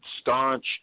staunch